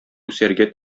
үсәргә